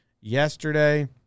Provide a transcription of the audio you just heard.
yesterday